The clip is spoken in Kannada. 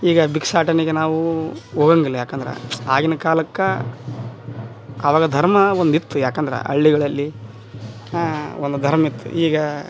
ಈಗ ಭಿಕ್ಷಾಟನೆಗೆ ನಾವು ಹೋಗಂಗಿಲ್ಲ ಯಾಕಂದ್ರ ಆಗಿನ ಕಾಲಕ್ಕೆ ಆವಾಗ ಧರ್ಮ ಒಂದಿತ್ತು ಯಾಕಂದ್ರ ಹಳ್ಳಿಗಳಲ್ಲಿ ಒಂದು ಧರ್ಮಿತ್ತು ಈಗ